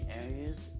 areas